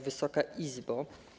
Wysoka Izbo!